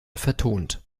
vertont